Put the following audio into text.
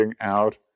out